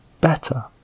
better